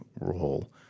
role